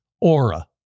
Aura